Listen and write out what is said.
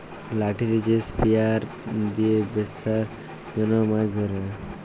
লাঠিতে যে স্পিয়ার দিয়ে বেপসার জনহ মাছ ধরে